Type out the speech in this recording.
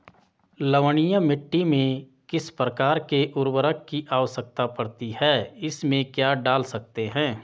लवणीय मिट्टी में किस प्रकार के उर्वरक की आवश्यकता पड़ती है इसमें क्या डाल सकते हैं?